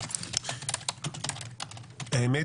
האמת